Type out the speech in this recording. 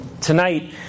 Tonight